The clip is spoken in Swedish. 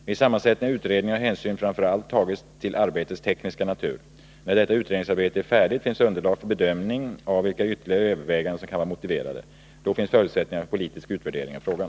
Vid sammansättningen av utredningen har hänsyn framför allt tagits till arbetets tekniska natur. När detta utredningsarbete är färdigt finns underlag för bedömning av vilka ytterligare överväganden som kan vara motiverade. Då finns förutsättningar för en politisk utvärdering av frågan.